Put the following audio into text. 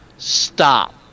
Stop